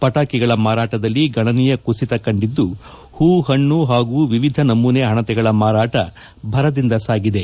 ಪಟಾಕಿಗಳ ಮಾರಾಟದಲ್ಲಿ ಗಣನೀಯ ಕುಸಿತ ಕಂಡಿದ್ದು ಹೂಹಣ್ಡು ಹಾಗೂ ವಿವಿಧ ನಮೂನೆ ಹಣತೆಗಳ ಮಾರಾಟ ಭರದಿಂದ ಸಾಗಿದೆ